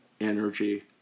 energy